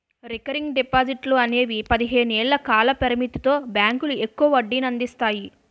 recurring డిపాజిట్లు అనేవి పదిహేను ఏళ్ల కాల పరిమితితో బ్యాంకులు ఎక్కువ వడ్డీనందిస్తాయి